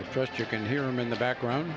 at first you can hear him in the background